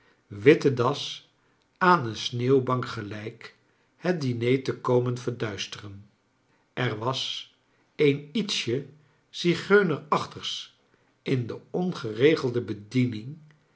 witte das aaji een sneeuwbank gelijk het diner te komen verduisteren er was een ietsje zigeunerachtigs in de ongeregelde bediening